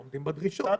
עומדים בדרישות.